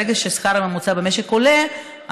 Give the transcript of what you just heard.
ברגע שהשכר הממוצע במשק עולה,